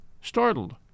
startled